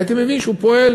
הייתי מבין שהוא פועל